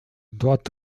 dort